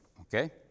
okay